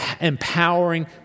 empowering